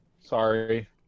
Sorry